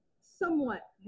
somewhat